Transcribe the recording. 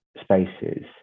spaces